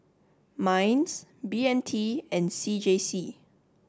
MINDS B M T and C J C